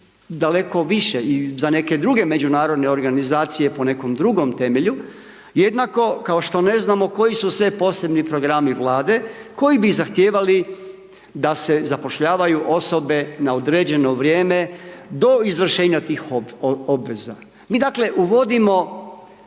daleko više i za neke druge međunarodne organizacije, po nekom drugom temelju. Jednako kao što ne znamo koji su sve Posebni programi Vlade koji bi zahtijevali da se zapošljavaju osobe na određeno vrijeme do izvršenja tih obveza. Mi, dakle, uvodimo